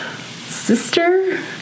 sister